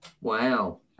Wow